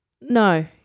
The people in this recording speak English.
No